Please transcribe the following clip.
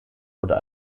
oder